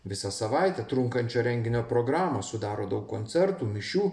visą savaitę trunkančio renginio programą sudaro daug koncertų mišių